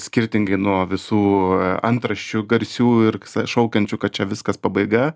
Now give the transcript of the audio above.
skirtingai nuo visų antraščių garsių ir šaukiančių kad čia viskas pabaiga